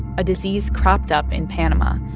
a disease cropped up in panama,